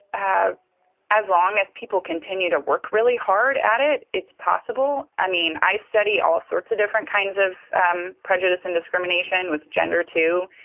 as long as people continue to work really hard at it, it's possible. i mean, i study all sorts of different kinds of um prejudice and discrimination, with gender, too.